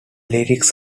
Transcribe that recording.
lyrics